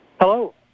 Hello